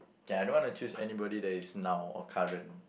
okay I don't wanna chose anybody that is now or current